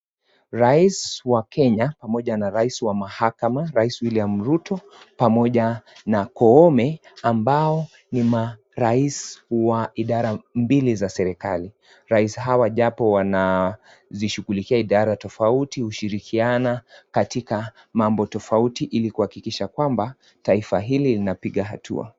Rais wa Kenya pamoja na rais wa mahakama rais Wiliam Ruto pamoja na Koome ambao ni marais wa idara mbili za serikali, rais hawa japo wanazishughulikia idara tofauti hushirikiana katika mambo tofauti ili kuhakikisha kwamba taifa hili linapiga hatua.